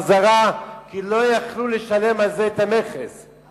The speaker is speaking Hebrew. לחוץ-לארץ כי לא יכלו לשלם את המכס על זה,